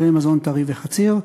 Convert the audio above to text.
מחירי מזון טרי וחציר,